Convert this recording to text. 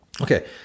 Okay